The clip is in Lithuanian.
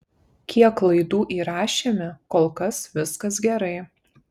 kiek laidų įrašėme kol kas viskas gerai